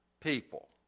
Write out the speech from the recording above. people